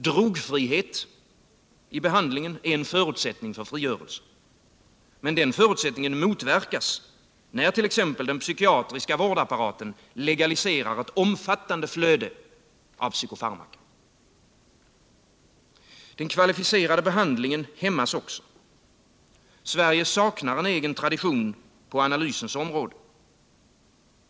Drogfrihet i behandlingen är en förutsättning för frigörelse. Men den förutsättningen motverkas när t.ex. den psykiatriska vårdapparaten legaliserar ett omfattande flöde av psykofarmaka. Den kvalificerade behandlingen hämmas också. Sverige saknar en egen tradition på analysens område.